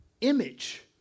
image